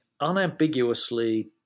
Unambiguously